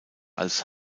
als